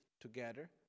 together